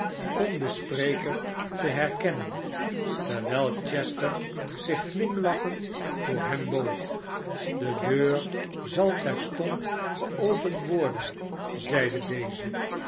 om den spreker te herkennen terwijl chester zich glimlachend voor hem boog de deur zal terstond geopend worden zeide deze